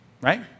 right